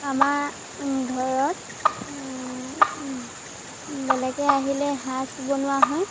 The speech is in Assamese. আমাৰ ঘৰত বেলেগে আহিলে সাজ বনোৱা হয়